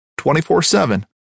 24-7